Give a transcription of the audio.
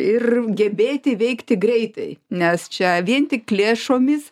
ir gebėti veikti greitai nes čia vien tik lėšomis